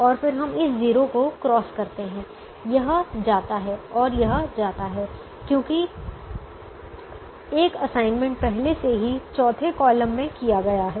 और फिर हम इस 0 को क्रॉस करते हैं यह जाता है और यह जाता है क्योंकि एक असाइनमेंट पहले से ही चौथे कॉलम में किया गया है